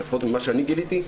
לפחות ממה שאני גיליתי,